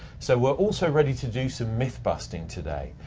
so we're also ready to do some myth-busting today,